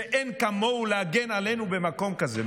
שאין כמוהו להגן עלינו במקום כזה,